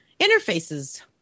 interfaces